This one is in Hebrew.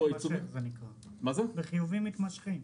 זה חיובים מתמשכים.